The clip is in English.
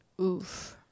Oof